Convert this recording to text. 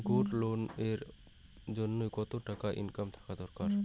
Gold loan এর জইন্যে কতো টাকা ইনকাম থাকা দরকার?